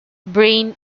brain